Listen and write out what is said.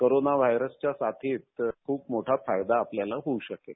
corona व्हायरसच्या साथीत खूप मोठा फायदा आपल्याला होऊ शकेल